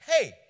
hey